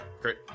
great